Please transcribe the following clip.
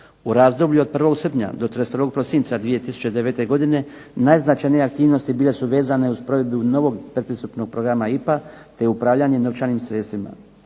U razdoblju od 1. srpnja do 31. prosinca 2009. godine najznačajnije aktivnosti bile su vezane uz provedbu novog pretpristupnog programa IPA te upravljanje novčanim sredstvima.